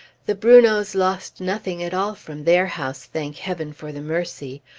the brunots lost nothing at all from their house, thank heaven for the mercy!